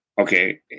Okay